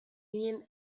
ginen